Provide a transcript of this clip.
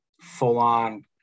full-on